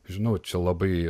žinau čia labai